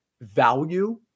value